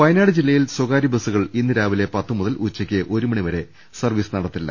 വയനാട് ജില്ലയിൽ സ്വകാരൃ ബസുകൾ ഇന്ന് രാവിലെ പ ത്ത് മുതൽ ഉച്ചക്ക് ഒരു മണി വരെ സർവീസ് നടത്തില്ല